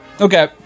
Okay